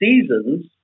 seasons